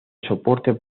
soporte